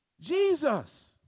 Jesus